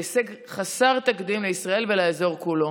היא הישג חסר תקדים לישראל ולאזור כולו.